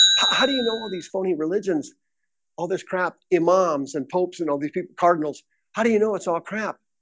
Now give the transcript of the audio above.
ah do you know all these phony religions all this crap imams and pope's and all these people cardinals how do you know it's all crap?